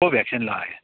को भ्याक्सिन लगायो